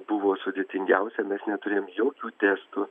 buvo sudėtingiausia nes neturėjom jokių testų